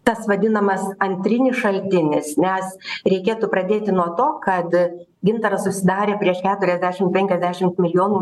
tas vadinamas antrinis šaltinis nes reikėtų pradėti nuo to kad gintaras susidarė prieš keturiasdešimt penkiasdešimt milijonų